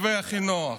המתווה הכי נוח.